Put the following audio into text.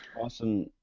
awesome